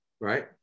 Right